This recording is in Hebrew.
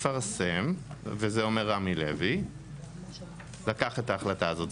המפרסם, וזה אומר רמי לוי שלקח את ההחלטה הזאת.